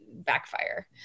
backfire